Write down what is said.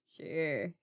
Sure